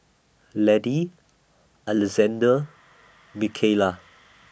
Laddie Alexandr Mikaila